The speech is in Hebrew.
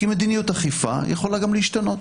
כי מדיניות אכיפה יכולה גם להשתנות.